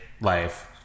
life